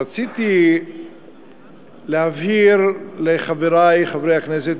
רציתי להבהיר לחברי חברי הכנסת,